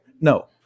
no